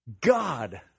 God